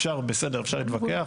אפשר, בסדר, אפשר להתווכח.